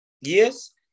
yes